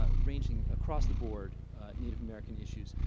ah ranging across the board native american issues.